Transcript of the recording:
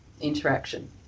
interaction